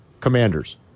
Commanders